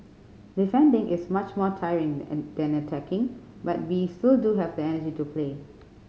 defending is much more tiring and than attacking but we still do have the energy to play